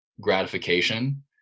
gratification